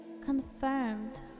confirmed